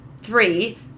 three